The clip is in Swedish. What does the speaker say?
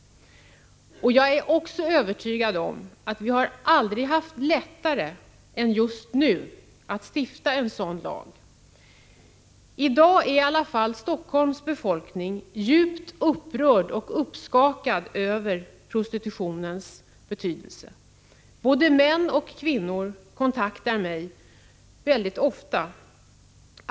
Jag är också övertygad om att vi aldrig har haft lättare än just nu att stifta en sådan lag. I dag är Helsingforss befolkning djupt upprörd och uppskakad över prostitutionens betydelse. Både män och kvinnor kontaktar mig mycket ofta.